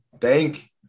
Thank